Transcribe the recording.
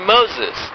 Moses